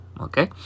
okay